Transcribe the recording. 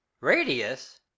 Radius